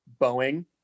Boeing